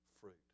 fruit